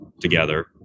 together